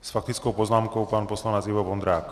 S faktickou poznámkou pan poslanec Ivo Vondrák.